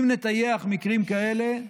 אם נטייח מקרים כאלה,